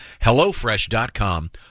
HelloFresh.com